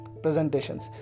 Presentations